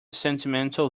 sentimental